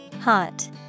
Hot